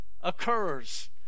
occurs